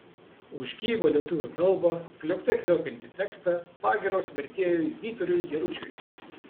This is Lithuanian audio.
už gyva lietuvių kalba kliokte kliokiantį tekstą pagyros vertėjui vyturiui jaručiui